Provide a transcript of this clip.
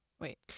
wait